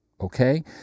okay